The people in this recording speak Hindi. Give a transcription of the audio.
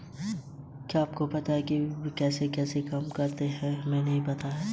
क्या हमें नियमित एफ.डी के बजाय नॉन कॉलेबल एफ.डी में निवेश करने का कोई फायदा मिलता है?